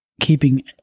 Keeping